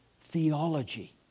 theology